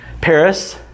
Paris